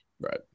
Right